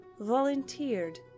volunteered